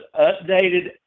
updated